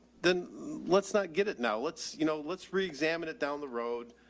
then let's not get it now. let's, you know, let's reexamine it down the road.